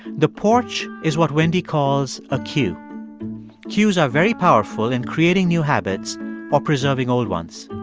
the porch is what wendy calls a cue cues are very powerful in creating new habits while preserving old ones.